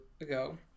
ago